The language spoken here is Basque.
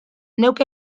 neuk